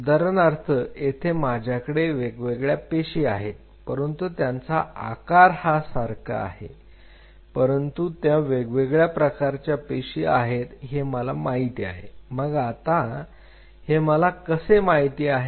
उदाहरणार्थ येथे माझ्याकडे वेगवेगळ्या पेशी आहेत परंतु त्यांचा आकार हा सारखा आहे परंतु त्या वेगवेगळ्या प्रकारच्या पेशी आहेत हे मला माहित आहे मग आता हे मला कसे माहित आहे